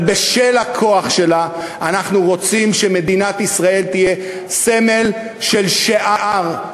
אבל בשל הכוח שלה אנחנו רוצים שמדינת ישראל תהיה סמל של שער,